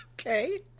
okay